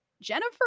Jennifer